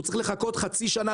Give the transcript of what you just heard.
הוא צריך לחכות חצי שנה,